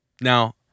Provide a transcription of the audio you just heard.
Now